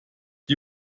die